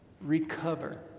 recover